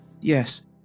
yes